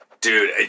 dude